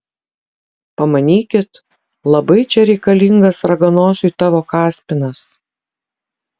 pamanykit labai čia reikalingas raganosiui tavo kaspinas